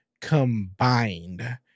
combined